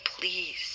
please